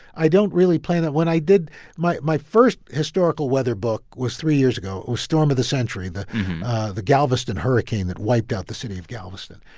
i don't really plan them. when i did my my first historical weather book was three years ago. it was storm of the century, the the galveston hurricane that wiped out the city of galveston.